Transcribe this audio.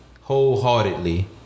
wholeheartedly